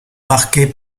marqué